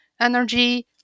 energy